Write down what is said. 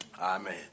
Amen